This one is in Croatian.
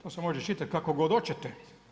To se može čitati kako god hoćete.